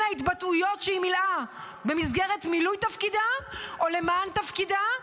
ההתבטאויות שלה במסגרת מילוי תפקידה או למען תפקידה.